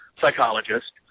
psychologist